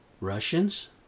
Russians